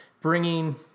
bringing